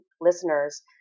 listeners